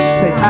say